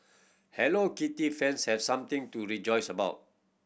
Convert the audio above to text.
Hello Kitty fans have something to rejoice about